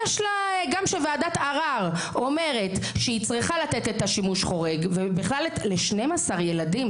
גם כשוועדת ערר אומרת שהיא צריכה לתת את השימוש חורג ל-12 ילדים,